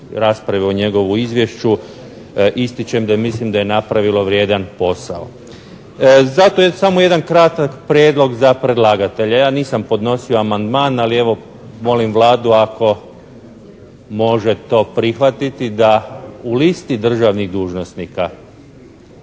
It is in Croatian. rasprave o njegovu izvješću ističem da mislim da je napravilo vrijedan posao. Zato samo jedan kratak prijedlog za predlagatelje. Ja nisam podnosio amandman, ali evo molim Vladu ako može to prihvatiti da u listi državnih dužnosnika,